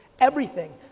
everything,